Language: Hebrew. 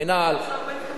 ב-2011?